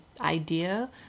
idea